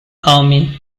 army